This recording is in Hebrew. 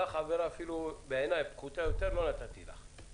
לך יש עבירה פחותה יותר ולא נתתי לך.